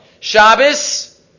Shabbos